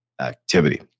activity